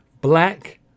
black